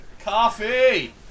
Coffee